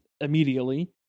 immediately